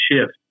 shift